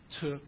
took